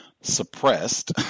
suppressed